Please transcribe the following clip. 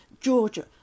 Georgia